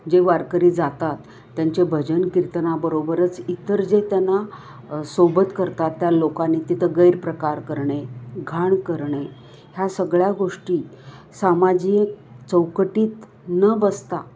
जे वारकरी जातात त्यांचे भजन कीर्तनाबरोबरच इतर जे त्यांना सोबत करतात त्या लोकांनी तिथं गैरप्रकार करणे घाण करणे ह्या सगळ्या गोष्टी सामाजिक चौकटीत न बसता